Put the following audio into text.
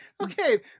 okay